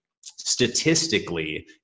statistically